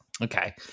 Okay